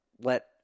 let